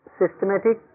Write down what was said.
systematic